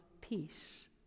peace